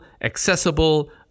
accessible